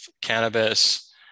cannabis